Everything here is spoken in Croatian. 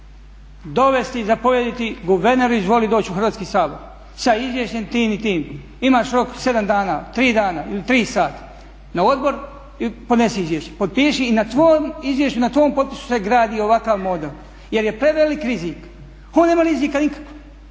dovesti i zapovjediti guverneru izvoli doći u Hrvatski sabor sa izvješćem tim i tim. Imaš rok 7 dana, 3 dana ili 3 sata. Na odbor ponesi izvješće, potpiši i na tvom izvješću, na tvom potpisu se gradi ovakav model jer je prevelik rizik. On nema rizika nikakvog.